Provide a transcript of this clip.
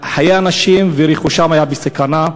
חיי האנשים ורכושם היו בסכנה.